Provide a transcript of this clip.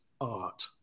art